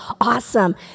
awesome